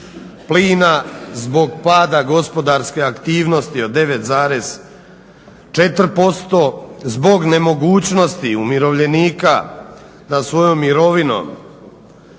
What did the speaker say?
plina, zbog pada gospodarske aktivnosti od 9,4%, zbog nemogućnosti umirovljenika da sa svojom mirovinom